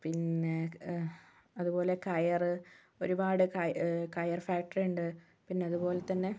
പിന്നെ അതുപോലെ കയർ ഒരുപാട് കയർ ഫാക്ടറി ഉണ്ട് പിന്നതുപോലെത്തന്നെ